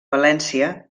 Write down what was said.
valència